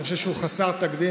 אני חושב שהוא חסר תקדים,